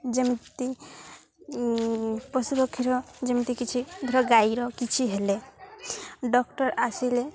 ଯେମିତି ପଶୁପକ୍ଷୀର ଯେମିତି କିଛି ଧର ଗାଈର କିଛି ହେଲେ ଡକ୍ଟର ଆସିଲେ